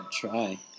try